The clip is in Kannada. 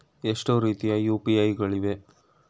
ಎಷ್ಟು ರೀತಿಯ ಯು.ಪಿ.ಐ ಗಳಿವೆ?